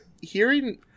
Hearing